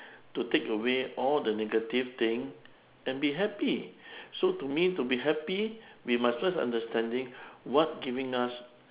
to take away all the negative thing and be happy so to me to be happy we must first understanding what giving us